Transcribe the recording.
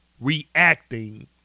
reacting